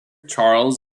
charles